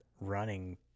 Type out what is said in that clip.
running